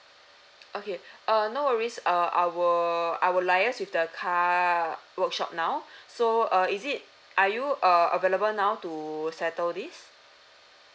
okay uh no worries uh I will I will liaise with the car workshop now so uh is it are you uh available now to settle this